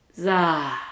Za